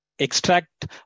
extract